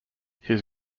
his